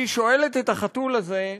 היא שואלת את החתול הזה,